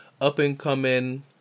up-and-coming